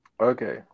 Okay